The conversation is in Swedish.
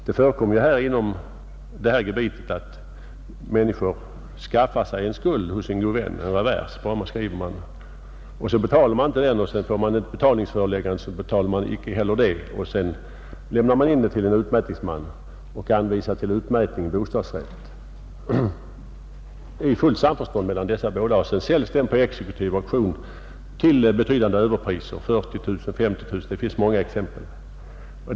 Det förekommer inom detta gebit att människor skaffar sig en skuld hos en god vän, och det skrivs en revers, Skulden betalas inte och låntagaren får ett betalningsföreläggande men betalar ändå inte skulden. I fullt samförstånd överlämnas betalningsföreläggandet till en utmätningsman, och bostadsrätten anvisas till utmätning. Bostadsrätten försäljs sedan på exekutiv auktion till betydande överpris — 40 000 eller 50 000 kronor. Det finns många exempel på det.